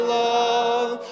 love